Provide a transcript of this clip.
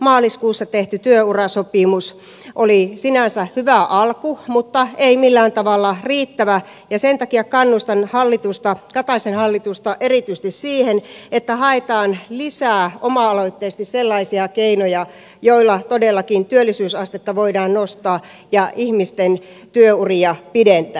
maaliskuussa tehty työurasopimus oli sinänsä hyvä alku mutta ei millään tavalla riittävä ja sen takia kannustan kataisen hallitusta erityisesti siihen että haetaan lisää oma aloitteisesti sellaisia keinoja joilla todellakin työllisyysastetta voidaan nostaa ja ihmisten työuria pidentää